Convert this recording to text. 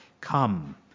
come